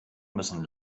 müssen